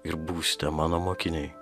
ir būsite mano mokiniai